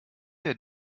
der